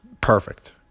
perfect